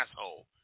asshole